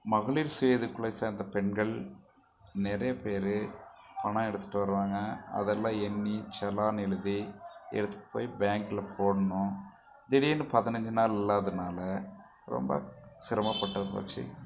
மகளிர் சுய குழுவை சேர்ந்த பெண்கள் நிறைய பேர் பணம் எடுத்துகிட்டு வருவாங்க அதெலாம் எண்ணி செலான் எழுதி எடுத்துகிட்டு போய் பேங்க்கில் போடணும் திடீரெனு பதினஞ்சு நாள் இல்லாதனால் ரொம்ப சிரமப்பட்டு போச்சு